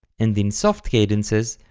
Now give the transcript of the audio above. and in soft cadences,